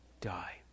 die